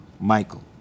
Michael